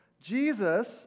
Jesus